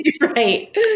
Right